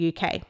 UK